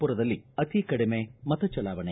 ಪುರದಲ್ಲಿ ಅತಿ ಕಡಿಮೆ ಮತ ಚಲಾವಣೆ